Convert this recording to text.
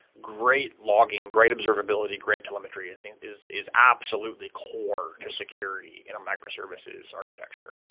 great logging, great observability, great telemetry i think is is absolutely core to security in a microservices architecture.